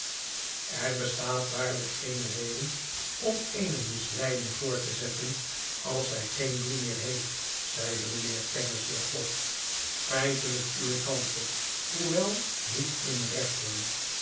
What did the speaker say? er bestaat waarlijk geene reden om eene misleiding voort te zetten als zij geen doel meer heeft zeide mijnheer kenge zeer vlot feitelijk uwe tante hoewel niet in rechten